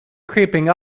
creeping